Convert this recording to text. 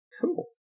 Cool